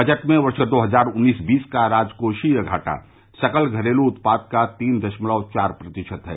budget में वर्ष दो हजार उन्नीस बीस का राजकोषीय घाटा सकल घरेलू उत्पाद का तीन दशमलव चार प्रतिशत है